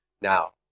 Now